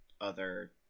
other-